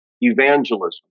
evangelism